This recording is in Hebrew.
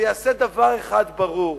זה יעשה דבר אחד ברור,